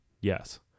Yes